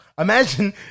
imagine